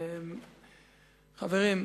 חברים,